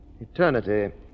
eternity